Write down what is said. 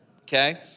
okay